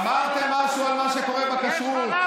אמרתם משהו על מה שקורה בכשרות?